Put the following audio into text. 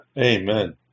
Amen